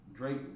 Drake